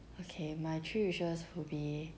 okay my three wishes would be